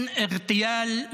(אומר בערבית:)